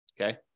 Okay